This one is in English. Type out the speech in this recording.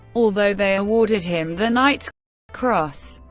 although they awarded him the knight's cross.